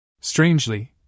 Strangely